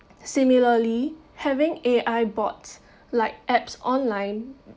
similarly having A_I bot like apps online